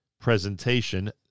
presentation